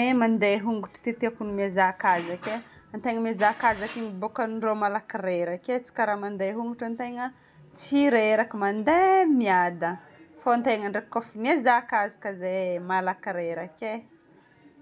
E mandeha hongotro ty tiako noho ny mihazakazaka e. Antegna mihazakazaka igny bokany mora malaky reraka e. Tsy karaha mandeha hongotra antegna tsy reraka mandeha miadana, fô antegna ndraiky kofa mihazakazaka dia malaky reraka e.